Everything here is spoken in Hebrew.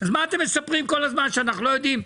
אז מה אתם מספרים כל הזמן שאנחנו לא יודעים?